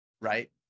Right